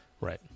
Right